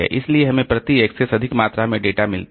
इसलिए हमें प्रति एक्सेस अधिक मात्रा में डेटा मिलता है